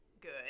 good